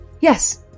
Yes